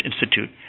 Institute